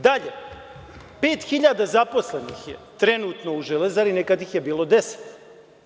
Dalje, 5.000 zaposlenih je trenutno u „Železari“, nekada ih je bilo 10.000.